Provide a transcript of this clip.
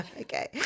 okay